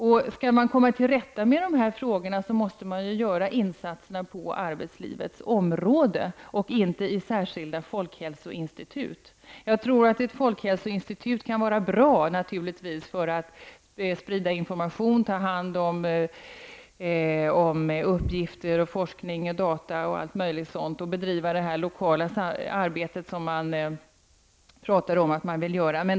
Om man skall kunna komma till rätta med dessa frågor måste insatser göras på arbetslivets område och inte i ett särskilda folkhälsoinstiut. Ett folkhälsoinstitut kan nog naturligtvis vara bra för att sprida information, ta hand om bl.a. uppgifter, forskning, data och för att bedriva det lokala arbete som man talar om att man vill bedriva.